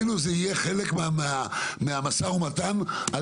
זה יהיה מבחינתנו חלק מהמשא ומתן על